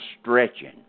stretching